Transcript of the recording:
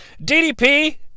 DDP